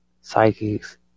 psychics